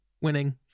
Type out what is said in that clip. winning